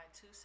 two